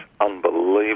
unbelievable